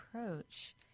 approach